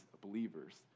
believers